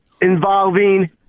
involving